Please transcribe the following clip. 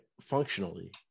functionally